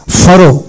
faro